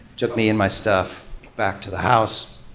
took me and my stuff back to the house.